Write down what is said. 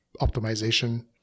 optimization